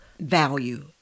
value